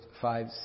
five